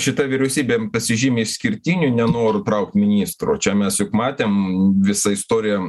šita vyriausybė pasižymi išskirtiniu nenoru traukt ministro čia mes matėm visą istoriją